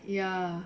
ya